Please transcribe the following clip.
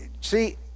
See